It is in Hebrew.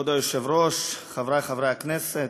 כבוד היושב-ראש, חברי חברי הכנסת,